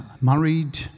married